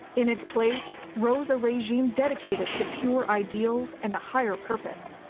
in its place, rose a regime dedicated to pure ideals and a higher purpose.